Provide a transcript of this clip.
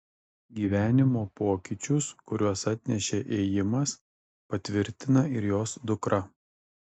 gyvenimo pokyčius kuriuos atnešė ėjimas patvirtina ir jos dukra